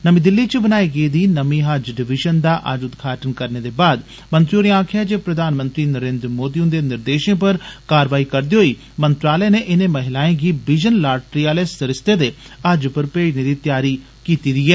नमीं दिल्ली च बनाई गेदी नमीं हज डिविजन दा अज्ज उदघाटन करने दे बाद मंत्री होरें आक्खेआ जे प्रधानमंत्री नरेन्द्र मोदी हुन्दे निर्देषें पर कारवाई करदे होई मंत्रालय नै इने महिलाएं गी बिजन लाटरी आले सरिस्ते दे हज पर भेजने दी तैयारी कीती दी ऐ